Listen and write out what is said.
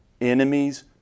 enemies